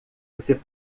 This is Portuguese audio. você